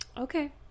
Okay